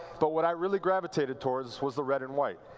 but what i really gravitated towards was the red and white.